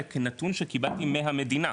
אלא כנתון שקיבלתי מהמדינה,